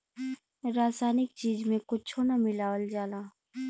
रासायनिक चीज में कुच्छो ना मिलावल जाला